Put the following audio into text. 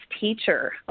teacher